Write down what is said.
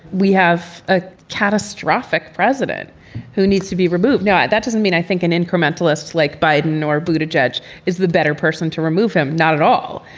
we have a catastrophic president who needs to be removed. now, that doesn't mean i think an incrementalist like biden or bhuta judge is the better person to remove him. not at all.